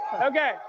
Okay